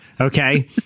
okay